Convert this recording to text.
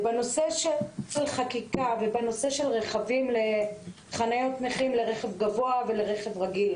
בנושא חקיקה ובנושא חניות נכים לרכב גבוה ולרכב רגיל